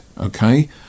okay